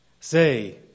Say